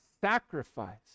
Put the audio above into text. sacrifice